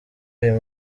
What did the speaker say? uyu